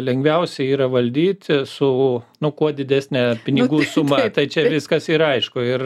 lengviausia yra valdyti su nu kuo didesnę pinigų sumą tai čia viskas yra aišku ir